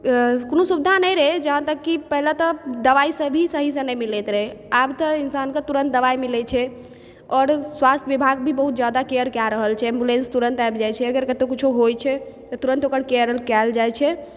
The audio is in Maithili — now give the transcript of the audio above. कोनो सुविधा नहि रहै जहाँ तक की पहिले तऽ दवाइ सब भी सहीसँ नहि मिलैत रहै आब तऽ इंसानके तुरन्त दवाइ मिलै छै आओर स्वास्थ विभाग भी बहुत जादा केयर कए रहल छै एम्बुलेंस तुरन्त आबि जाइ छै अगर कतौ कुछो होइ छै तऽ तुरन्त ओकर केयर कैल जाइ छै